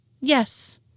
yes